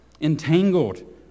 entangled